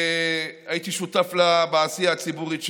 הייתי שותף לה בעשייה הציבורית שלי.